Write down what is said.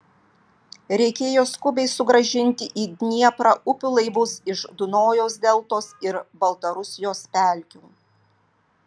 reikėjo skubiai sugrąžinti į dnieprą upių laivus iš dunojaus deltos ir baltarusijos pelkių